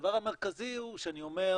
והדבר המרכזי הוא שאני אומר